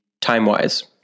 time-wise